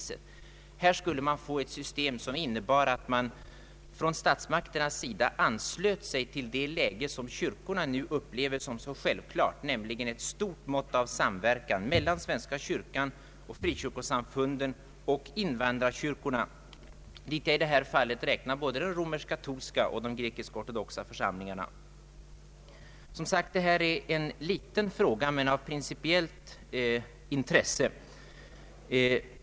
Med det här förslaget skulle man få ett system som innebar att man från statsmakternas sida anslöt sig till det som kyrkorna nu upplever såsom självklart, nämligen ett stort mått av samverkan mellan svenska kyrkan, frikyrkosamfunden och invandrarkyrkorna, till vilka jag i detta fall räknar både de romersk-katolska och de grekisk-ortodoxa församlingarna. Detta är som sagt en liten fråga, men den är av principiellt intresse.